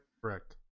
Correct